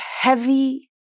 heavy